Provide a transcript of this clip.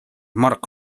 mark